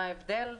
מה ההבדל?